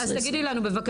20'. אז תגידי לנו בבקשה,